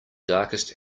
darkest